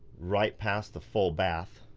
right past the full bath.